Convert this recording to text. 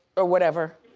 or whatever.